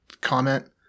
comment